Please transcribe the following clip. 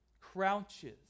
crouches